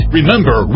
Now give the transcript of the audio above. Remember